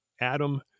Adam